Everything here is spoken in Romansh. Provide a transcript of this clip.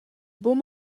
buca